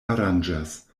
aranĝas